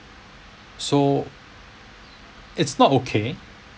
so it's not okay